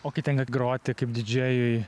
o kai tenka groti kaip didžėjui